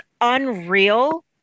unreal